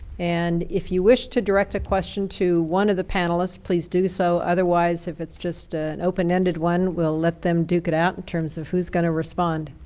and if you wish to direct a question to one of the panelists, please do so. otherwise if it's just an open-ended, one we'll let them duke it out in terms of who's going to respond.